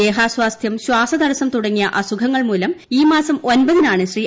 ദേഹാസ്വാസ്ഥ്യം ശ്വാസതടസ്സം തുടങ്ങിയ അസുഖങ്ങൾ മൂലം ഈ മാസം ഒൻപതിനാണ് ശ്രീ